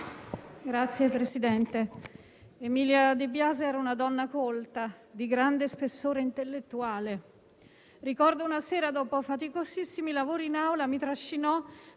Signor Presidente, Emilia De Biasi era una donna colta e di grande spessore intellettuale. Ricordo che una sera, dopo faticosissimi lavori in Aula, mi trascinò